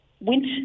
went